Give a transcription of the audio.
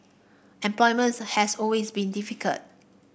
employment has always been difficult